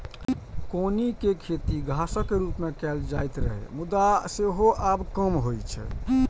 कौनी के खेती घासक रूप मे कैल जाइत रहै, मुदा सेहो आब कम होइ छै